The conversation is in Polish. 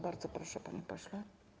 Bardzo proszę, panie pośle.